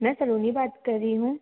मैं सलोनी बात कर रही हूँ